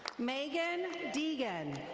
megan degan.